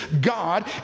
God